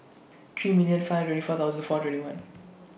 three million five twenty four thousand four twenty one